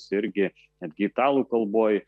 irgi netgi italų kalboj